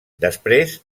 després